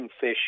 fish